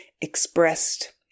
expressed